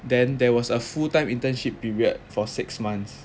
then there was a full time internship period for six months